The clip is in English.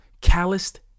calloused